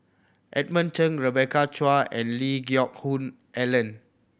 Edmund Cheng Rebecca Chua and Lee Geck Hoon Ellen